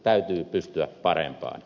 täytyy pystyä parempaan